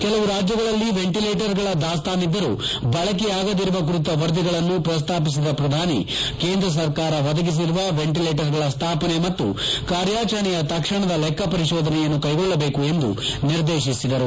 ಕೆಲವು ರಾಜ್ಲಗಳಲ್ಲಿ ವೆಂಟಲೇಟರ್ಗಳ ದಾಸ್ತಾನಿದ್ದರೂ ಬಳಕೆಯಾಗದಿರುವ ಕುರಿತ ವರದಿಗಳನ್ನು ಪ್ರಸ್ತಾಪಿಸಿದ ಪ್ರಧಾನಿ ಕೇಂದ್ರ ಸರ್ಕಾರ ಒದಗಿಸಿರುವ ವೆಂಟಲೇಟರ್ಗಳ ಸ್ಥಾಪನೆ ಮತ್ತು ಕಾರ್ಯಾಚರಣೆಯ ತಕ್ಷಣದ ಲೆಕ್ಕಪರಿಶೋಧನೆಯನ್ನು ಕೈಗೊಳ್ಳಬೇಕು ಎಂದು ನಿರ್ದೇಶಿಸಿದರು